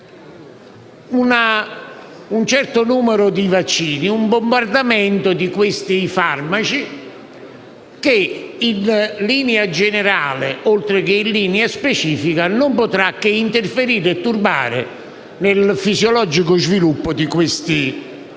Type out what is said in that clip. un certo numero di vaccini, un bombardamento di questi farmaci, che, in linea generale, oltre che in linea specifica, non potrà che interferire e turbare il fisiologico sviluppo di questi sistemi,